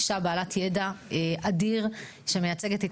היא אישה בעלת ידע אדיר שמייצגת את